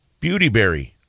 Beautyberry